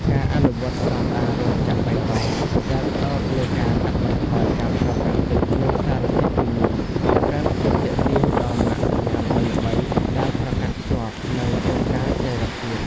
ការអនុវត្តស្ដង់ដារ "រោងចក្របៃតង" ដែលផ្ដោតលើការកាត់បន្ថយការប្រើប្រាស់ទឹក និងសារធាតុគីមី បង្កើនភាពទាក់ទាញដល់ម៉ាកសញ្ញាល្បីៗដែលប្រកាន់ខ្ជាប់នូវគោលការណ៍ចីរភាព។